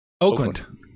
Oakland